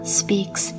speaks